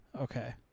Okay